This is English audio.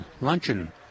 luncheon